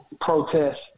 protest